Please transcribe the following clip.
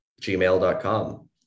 gmail.com